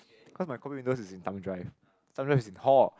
cause my copy windows is in thumb drive thumb drive is in hall